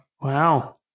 Wow